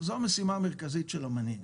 בחברה הערבית,